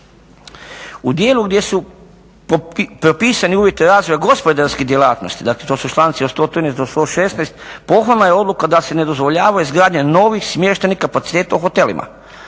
U dijelu gdje su propisani uvjeti razvoja gospodarskih djelatnosti, dakle to su članci od 113. do 116. pohvalna je odluka da se ne dozvoljava izgradnja novih smještajnih kapaciteta u hotelima.